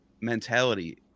mentality